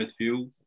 midfield